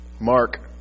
Mark